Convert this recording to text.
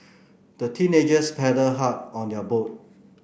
the teenagers paddled hard on their boat